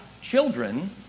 children